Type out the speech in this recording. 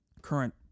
current